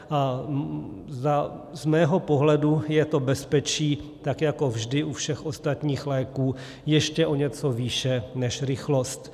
A z mého pohledu je to bezpečí tak jako vždy u všech ostatních léků ještě o něco výše než rychlost.